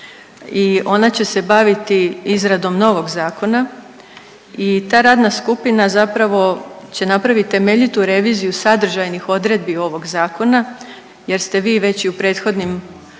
ona će se baviti izradom novog zakona i ta radna skupina zapravo će napraviti temeljitu reviziju sadržajnih odredbi ovog Zakona jer ste vi već i u prethodnim